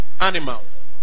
animals